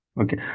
Okay